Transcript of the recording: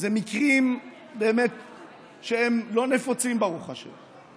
זה מקרים לא נפוצים, ברוך השם.